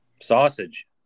sausage